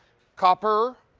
copper,